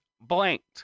blanked